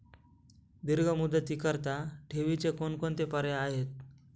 दीर्घ मुदतीकरीता ठेवीचे कोणकोणते पर्याय आहेत?